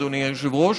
אדוני היושב-ראש,